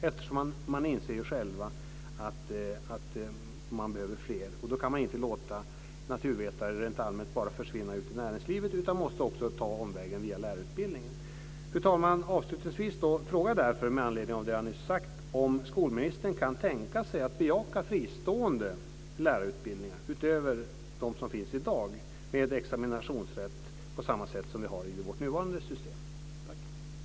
Eftersom man själv inser att det behövs fler kan man inte låta naturvetare bara försvinna ut i näringslivet, utan de måste också ta omvägen via lärarutbildningen. Fru talman! Avslutningsvis frågar jag, med anledning av det som jag nyss har sagt, om skolministern kan tänka sig att bejaka fristående lärarutbildningar, utöver dem som finns i dag, med examinationsrätt på samma sätt som vi har i vårt nuvarande system. Tack!